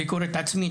כביקורת עצמית,